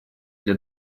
для